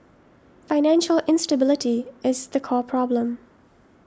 financial instability is the core problem